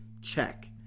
Check